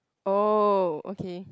oh okay